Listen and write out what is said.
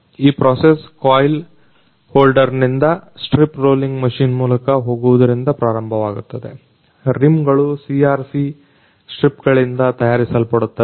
ಈ process coil holder ನಿಂದ strip rolling machine ಮೂಲಕ ಹೋಗುವುದರಿಂದ ಪ್ರಾರಂಭವಾಗುತ್ತದೆ ರಿಮ್ಗಳು CRC ಸ್ಟ್ರಿಪ್ ಗಳಿಂದ ತಯಾರಿಸಲ್ಪಡುತ್ತವೆ